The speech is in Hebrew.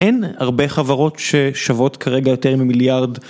אין הרבה חברות ששוות כרגע יותר ממיליארד.